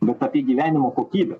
bet apie gyvenimo kokybę